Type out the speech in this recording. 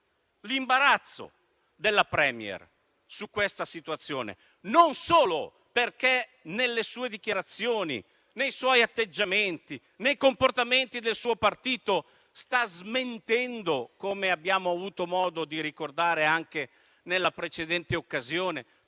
l'imbarazzo della *Premier* su questa situazione, intanto perché nelle sue dichiarazioni, nei suoi atteggiamenti, nei comportamenti del suo partito sta smentendo - come abbiamo avuto modo di ricordare anche nella precedente occasione